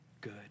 good